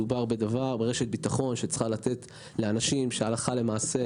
מדובר ברשת ביטחון שצריכה להינתן לאנשים שמועסקים הלכה למעשה